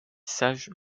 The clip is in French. sages